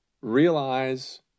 realize